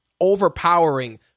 overpowering